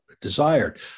desired